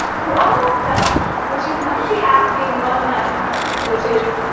we're almost done. but you might be asking one last question. which is,